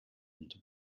into